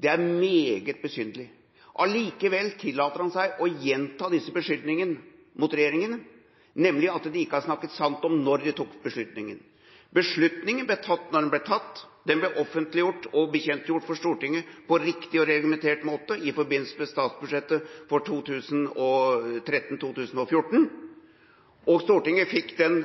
Det er meget besynderlig. Likevel tillater han seg å gjenta disse beskyldningene mot regjeringa, nemlig at den ikke har snakket sant om når den tok beslutninga. Beslutninga ble tatt da den ble tatt. Den ble offentliggjort og bekjentgjort for Stortinget på riktig og reglementert måte i forbindelse med statsbudsjettet for 2013–2014. Stortinget fikk den